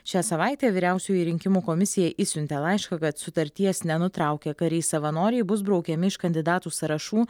šią savaitę vyriausioji rinkimų komisija išsiuntė laišką kad sutarties nenutraukę kariai savanoriai bus braukiami iš kandidatų sąrašų